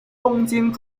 东京